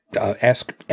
ask